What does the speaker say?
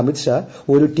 അമിത് ഷാ ഒരു ടി